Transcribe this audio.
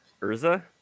Urza